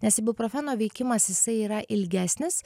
nes ibuprofeno veikimas jisai yra ilgesnis